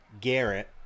Garrett